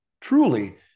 truly